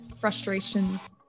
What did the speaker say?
frustrations